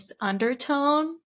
undertone